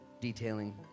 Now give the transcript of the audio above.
detailing